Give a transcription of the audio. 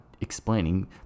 explaining